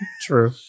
True